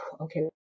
Okay